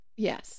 Yes